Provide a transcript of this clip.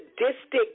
sadistic